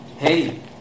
Hey